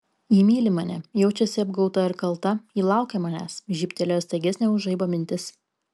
ji myli mane jaučiasi apgauta ir kalta ji laukia manęs žybtelėjo staigesnė už žaibą mintis